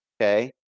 Okay